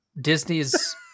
Disney's